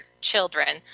children